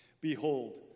Behold